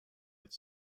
its